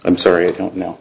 i'm sorry i don't know